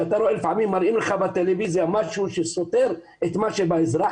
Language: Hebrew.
שאתה רואה לפעמים מראים לך בטלוויזיה משהו שסותר את האזרח